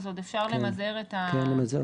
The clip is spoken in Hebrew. אז עוד אפשר למזער את הנזק.